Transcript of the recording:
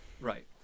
Right